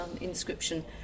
inscription